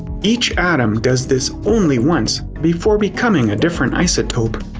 each atom does this only once before becoming a different isotope.